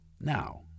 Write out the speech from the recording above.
Now